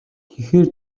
тэгэхээр